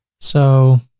so